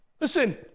Listen